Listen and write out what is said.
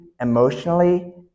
Emotionally